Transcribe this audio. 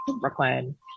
Brooklyn